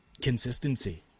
consistency